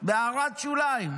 בהערת שוליים,